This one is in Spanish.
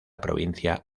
provincia